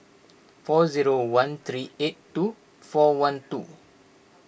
four zero one three eight two four one two